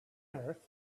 earth